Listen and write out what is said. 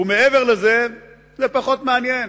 ומעבר לזה זה פחות מעניין.